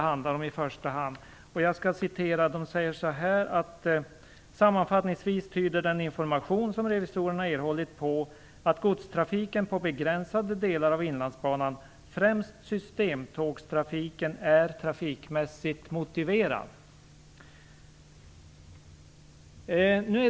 Man säger så här: Sammanfattningsvis tyder den information som revisorerna erhållit på att godstrafiken på begränsade delar av Inlandsbanan, främst systemtågstrafiken, är trafikmässigt motiverad.